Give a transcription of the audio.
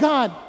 God